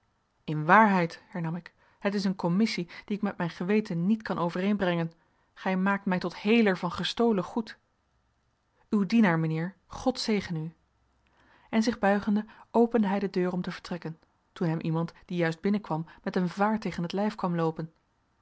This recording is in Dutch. in waarheid hernam ik het is een commissie die ik met mijn geweten niet kan overeenbrengen gij maakt mij tot heler van gestolen goed uw dienaar mijnheer god zegene u en zich buigende opende bij de deur om te vertrekken toen hem iemand die juist binnenkwam met een vaart tegen t lijf kwam aanloopen